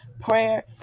Prayer